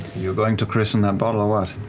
you're going to christen that bottle or what?